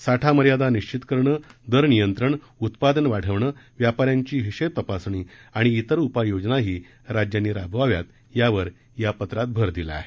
साठा मर्यादा निश्चित करणं दर नियंत्रण उत्पादन वाढवणं व्यापाऱ्यांची हिशेबतपासणी आणि इतर उपाययोजनाही राज्यांनी राबवाव्यात यावर या पत्रात भर दिला आहे